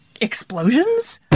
Explosions